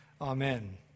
amen